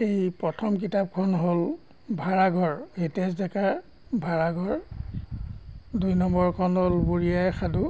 সেই প্ৰথম কিতাপখন হ'ল ভাড়াঘৰ হিতেশ ডেকাৰ ভাড়াঘৰ দুই নম্বৰখন হ'ল বুঢ়ী আইৰ সাধু